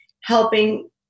helping